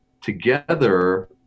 together